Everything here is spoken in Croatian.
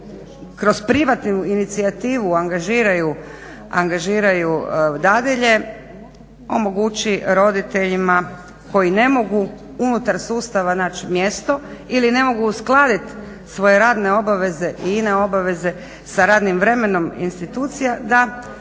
kroz privatnu inicijativu angažiraju dadilje omogući roditeljima koji ne mogu unutar sustava naći mjesto ili ne mogu uskladiti svoje radne i ine obaveze sa radnim vremenom institucija da